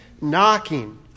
knocking